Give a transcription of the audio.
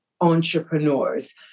entrepreneurs